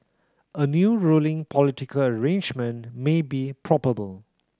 a new ruling political arrangement may be probable